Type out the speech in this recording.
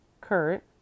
Kurt